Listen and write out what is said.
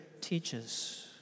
teaches